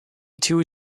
two